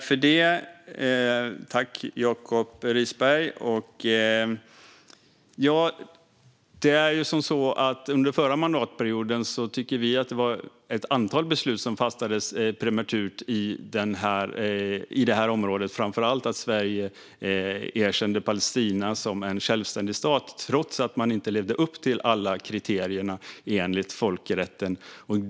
Fru talman! Tack, Jacob Risberg! Under förra mandatperioden var det ett antal beslut som fattades prematurt på det här området. Det var framför allt att Sverige erkände Palestina som en självständig stat trots att Palestina inte levde upp till alla kriterierna enligt folkrätten.